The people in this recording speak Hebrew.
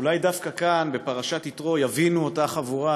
אולי דווקא כאן, בפרשת יתרו, יבינו, אותה חבורה,